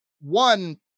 one